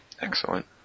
Excellent